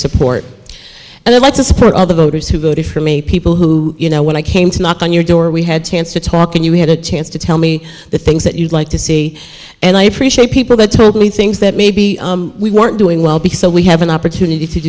support and i'd like to support other voters who voted for me people who you know when i came to knock on your door we had chance to talk and you had a chance to tell me the things that you'd like to see and i appreciate people that told me things that maybe we weren't doing well because we have an opportunity